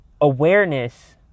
awareness